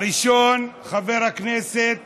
הראשון, חבר הכנסת